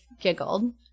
giggled